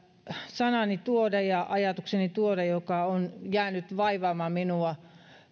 sanani ja ajatukseni tuoda on jäänyt vaivaamaan minua